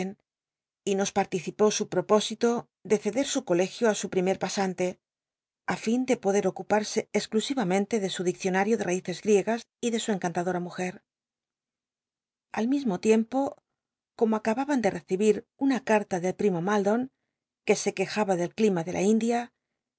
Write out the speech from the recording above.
y nos participó su propósito de ceder su colegio á su primer pasante i fin de poder ocuparse exclusivamente de su diccionario de raíces griegas y de su encantadora mujer al mismo tiempo como acababan de recibir una carta del primo maldon que se quejaba del clima de la india